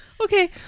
Okay